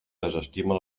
desestima